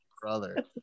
brother